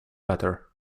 better